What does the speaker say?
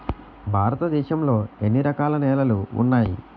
భారతదేశం లో ఎన్ని రకాల నేలలు ఉన్నాయి?